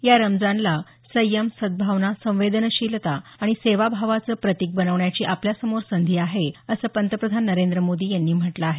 या रमजानला संयम सद्भावना संवेदनशीलता आणि सेवाभावाचं प्रतिक बनवण्याची आपल्यासमोर संधी आहे असं पंतप्रधान नरेंद्र मोदी यांनी म्हटलं आहे